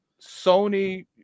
Sony